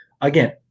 again